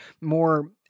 more